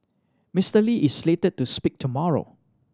Mister Lee is slated to speak tomorrow